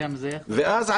ואז,